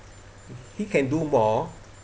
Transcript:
he can do more